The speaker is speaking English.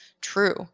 true